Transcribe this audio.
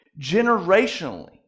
generationally